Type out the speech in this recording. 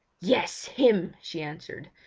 yes, him she answered.